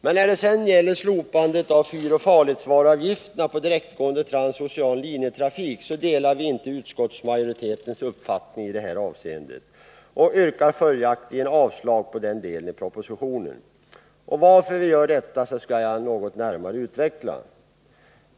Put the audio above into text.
Vi som står för reservation 6 delar alltså inte utskottets uppfattning när det gäller slopandet av fyroch farledsvaruavgifterna för direktgående transocean linjetrafik. Vi yrkar följaktligen avslag på den delen i propositionen. Varför vi gör det skall jag något närmare utveckla.